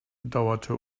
bedauerte